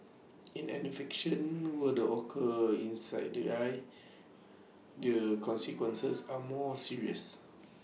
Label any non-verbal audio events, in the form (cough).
in an infection (hesitation) were the occur inside the eye the consequences are more serious